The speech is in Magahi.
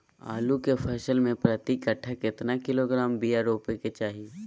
आलू के फसल में प्रति कट्ठा कितना किलोग्राम बिया रोपे के चाहि?